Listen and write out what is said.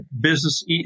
business